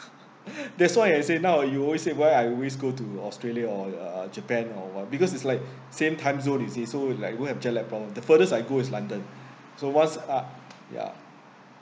that's why I say now you always said why I always go to australia or uh japan or what because it's like same time zone it's so like you won't have jet lag problem the furthest I go is london so once ah ya